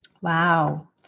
Wow